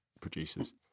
producers